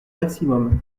maximum